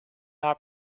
haar